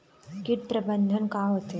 कीट प्रबंधन का होथे?